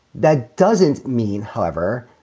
that doesn't mean, however,